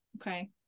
Okay